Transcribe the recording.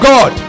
God